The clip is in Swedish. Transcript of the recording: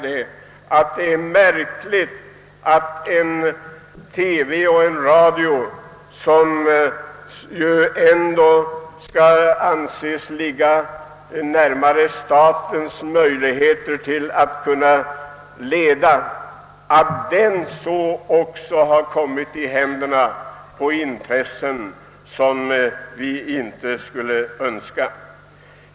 Det är märkligt att en TV och radio, i fråga om vilka det ändå borde ligga närmare till hands att staten skulle ha vissa möjligheter att öva inflytande, också har kommit i händerna på icke önskvärda intressen.